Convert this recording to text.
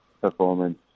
performance